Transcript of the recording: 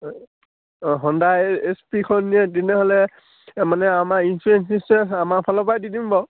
অঁ হণ্ডাই এছ পিখন নিয়ে তেনেহ'লে মানে আমাৰ ইঞ্চুৰেঞ্চ চিঞ্চুৰেঞ্চ আমাৰ ফালৰপৰাই দি দিম বাৰু